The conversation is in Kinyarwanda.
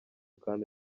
kandi